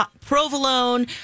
provolone